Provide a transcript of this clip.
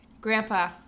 Grandpa